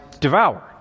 devour